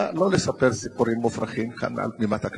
נא לא לספר סיפורים מופרכים כאן מעל בימת הכנסת.